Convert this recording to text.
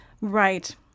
Right